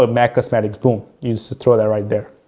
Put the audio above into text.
ah mac cosmetics, boom, you just throw that right there,